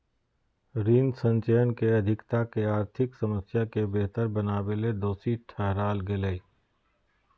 ऋण संचयन के अधिकता के आर्थिक समस्या के बेहतर बनावेले दोषी ठहराल गेलय